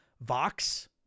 Vox